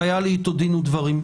היו לי אתו דין ודברים.